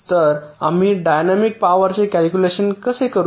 तर आम्ही dynamic power चे कॅल्क्युलेशन कसे करू